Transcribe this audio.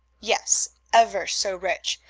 yes, ever so rich.